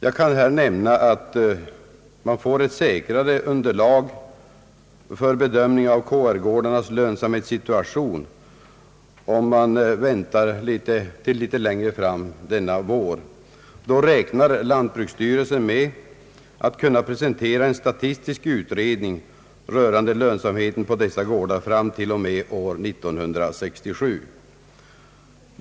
Jag kan nämna att vi får ett säkrare underlag för bedömningen av KR-gårdarnas lönsamhetssituation om vi väntar med denna fråga till litet längre fram denna vår. Då lär lantbruksstyrelsen kunna presentera en statistisk utredning rörande lönsamheten på dessa gårdar till och med 1967.